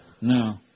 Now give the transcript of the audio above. No